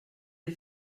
des